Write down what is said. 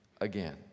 again